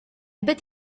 bet